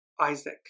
Isaac